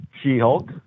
She-Hulk